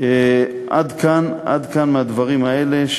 עד כאן מהדברים האלה,